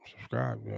Subscribe